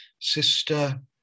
sister